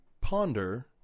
ponder